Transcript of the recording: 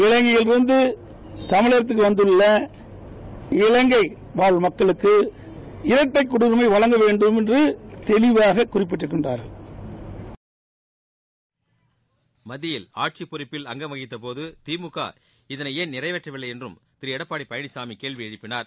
இலங்கையிலிருந்து தமிழகத்திற்கு வந்தள்ள இலங்கைவாழ் மக்களுக்கு இரட்டை குடியுரிமை வழங்க வேண்டும் என்று தெளிவாக குறிப்பிட்டு இருக்கிறார்கள் மத்தியில் ஆட்சிப்பொறுப்பில் அங்கம் வகித்த போது திமுக இதனை ஏன் நிறைவேற்றவில்லை என்றும் திரு எடப்பாடி பழனிசாமி கேள்வி எழுப்பினார்